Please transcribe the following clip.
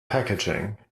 packaging